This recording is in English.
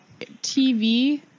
TV